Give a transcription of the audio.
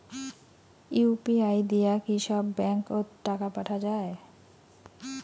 UPI দিয়া কি সব ব্যাংক ওত টাকা পাঠা যায়?